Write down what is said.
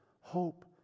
hope